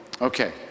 Okay